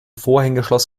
vorhängeschloss